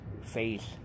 face